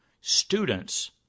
students